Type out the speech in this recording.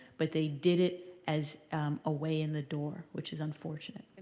but they did it as a way in the door, which is unfortunate.